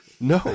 No